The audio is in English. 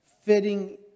fitting